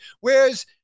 Whereas